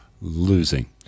losing